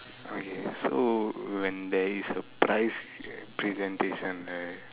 okay so when there is a prize presentation right